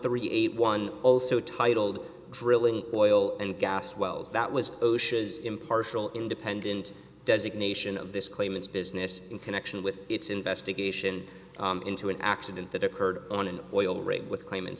three eight one also titled drilling oil and gas wells that was osha's impartial independent designation of this claimants business in connection with its investigation into an accident that occurred on an oil rig with claimants